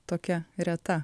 tokia reta